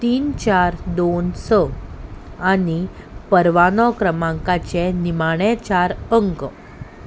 तीन चार दोन स आनी परवानो क्रमांकाचे निमाणें चार अंक